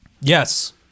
Yes